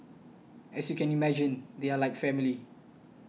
as you can imagine they are like family